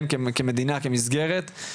כמדינה, כמסגרת.